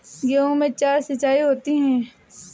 गेहूं में चार सिचाई होती हैं